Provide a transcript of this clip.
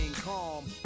calm